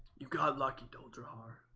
you've got lucky told your heart.